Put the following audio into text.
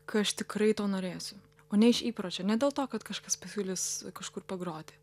kai aš tikrai to norėsiu o ne iš įpročio ne dėl to kad kažkas pasiūlys kažkur pagroti